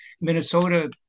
Minnesota